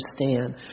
understand